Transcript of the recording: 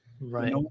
Right